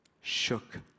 shook